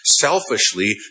selfishly